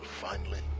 finally.